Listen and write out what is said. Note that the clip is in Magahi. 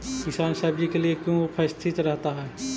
किसान सब्जी के लिए क्यों उपस्थित रहता है?